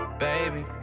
Baby